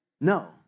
no